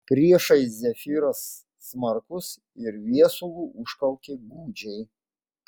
priešais zefyras smarkus ir viesulu užkaukė gūdžiai